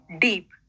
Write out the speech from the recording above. deep